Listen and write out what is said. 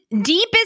deepest